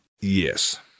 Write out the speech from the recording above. Yes